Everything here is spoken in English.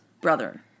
brother